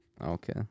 Okay